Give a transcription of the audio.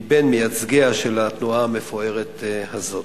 מבין מייצגיה של התנועה המפוארת הזאת.